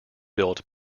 built